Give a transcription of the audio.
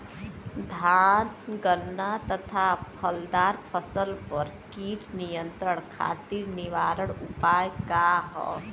धान गन्ना तथा फलदार फसल पर कीट नियंत्रण खातीर निवारण उपाय का ह?